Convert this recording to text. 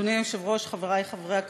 אדוני היושב-ראש, חברי חברי הכנסת,